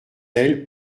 elle